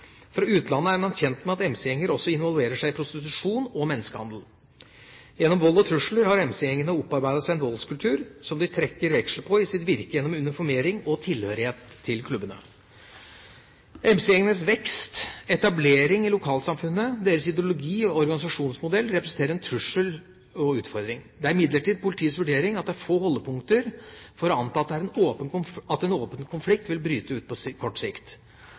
Fra utlandet er man kjent med at MC-gjenger også involverer seg i prostitusjon og menneskehandel. Gjennom vold og trusler har MC-gjengene opparbeidet seg en voldskultur som de trekker veksler på i sitt virke gjennom uniformering og tilhørighet til klubbene. MC-gjengenes vekst, etablering i lokalsamfunnet, deres ideologi og organisasjonsmodell representerer en trussel og en utfordring. Det er imidlertid politiets vurdering at det er få holdepunkter for å anta at en åpen konflikt vil bryte ut på kort sikt.